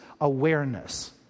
awareness